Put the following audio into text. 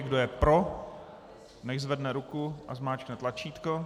Kdo je pro, nechť zvedne ruku a zmáčkne tlačítko.